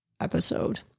episode